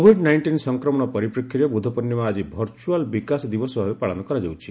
Covid nineteen ସଂକ୍ରମଣ ପରିପ୍ରେକ୍ଷୀରେ ବୁଦ୍ଧ ପୂର୍ଣ୍ଣିମା ଆଜି ଭର୍ଚୁଆଲ ବିକାଶ ଦିବସ ଭାବେ ପାଳନ କରାଯାଉଛି